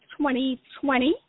2020